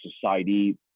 society